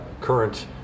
current